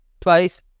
twice